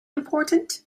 important